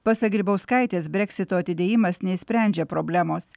pasak grybauskaitės breksito atidėjimas neišsprendžia problemos